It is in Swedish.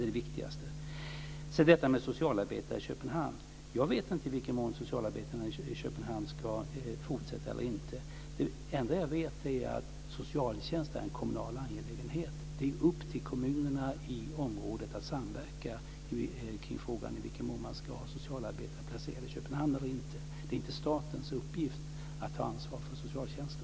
Det är det viktigaste. Jag vet inte i vilken mån socialarbetarna i Köpenhamn ska fortsätta. Socialtjänst är en kommunal angelägenhet. Det är upp till kommunerna i området att samverka kring frågan i vilken mån man ska ha socialarbetare placerade i Köpenhamn. Det är inte statens uppgift att ta ansvar för socialtjänsten.